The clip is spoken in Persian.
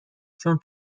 چون